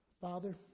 Father